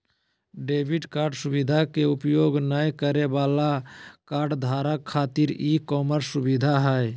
debit card सुवधा के उपयोग नय करे वाला कार्डधारक खातिर ई कॉमर्स सुविधा हइ